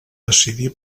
decidir